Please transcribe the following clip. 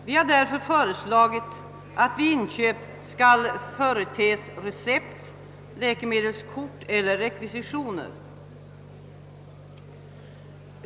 Vi har därför föreslagit att vid inköp skall företes recept, läkemedelskort eller rekvisition.